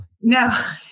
No